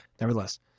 nevertheless